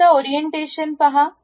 आता ओरिएंटेशन पहा